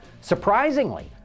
Surprisingly